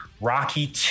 Rocky